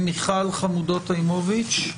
מיכל חמודות היימוביץ,